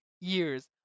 years